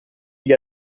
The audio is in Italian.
gli